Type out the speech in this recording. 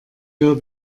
wir